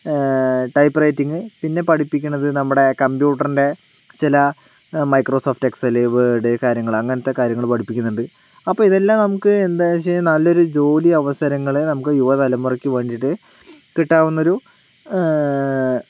type writing പിന്നെ പഠിപ്പിക്കണത് നമ്മുടെ കമ്പ്യൂട്ടറിൻ്റെ ചില മൈക്രോ സോഫ്റ്റ് എക്സല് വേഡ് കാര്യങ്ങള് അങ്ങനെത്തെ കാര്യങ്ങള് പഠിപ്പിക്കുന്നുണ്ട് അപ്പോൾ ഇതെല്ലാം നമുക്ക് എന്താണെന്ന് വെച്ചുകഴിഞ്ഞാൽ നല്ലൊരു ജോലി അവസരങ്ങള് നമുക്ക് യുവതലമുറയ്ക്ക് വേണ്ടിയിട്ട് കിട്ടാവുന്നൊരു